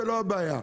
ולא הבעיה.